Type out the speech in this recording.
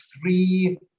three